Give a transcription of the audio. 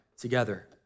together